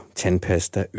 tandpasta